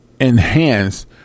enhance